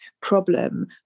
problem